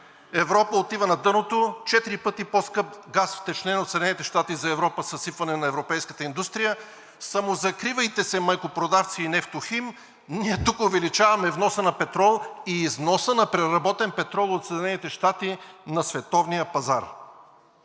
Европа отива на дъното. Четири пъти по-скъп газ, втечнен, от Съединените щати за Европа, съсипване на европейската индустрия. Самозакривайте се майкопродавци, и „Нефтохим“, ние тук увеличаваме вноса на петрол и износа на преработен петрол от Съединените щати на световния пазар.